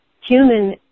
human